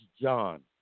John